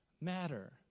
matter